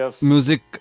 music